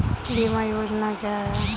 बीमा योजना क्या है?